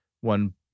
one